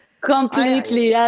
Completely